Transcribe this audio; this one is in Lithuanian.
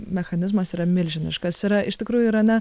mechanizmas yra milžiniškas yra iš tikrųjų irane